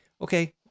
Okay